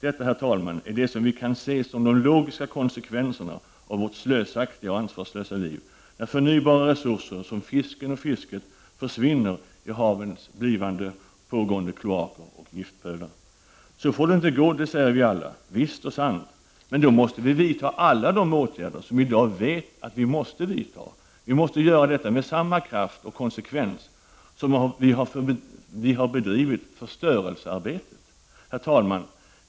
Detta, herr talman, är det som vi kan se som logiska konsekvenser av våra slösaktiga och ansvarslösa liv, när förnybara resurser som fisken och fisket försvinner i havens blivande kloaker och giftpölar. Så får det inte gå, säger vi alla. Visst och sant. Men då måste vi vidta alla de åtgärder som vi i dag vet att vi måste vidta. Vi måste göra detta med samma kraft och konsekvens som vi har bedrivit förstörelsearbetet med. Herr talman!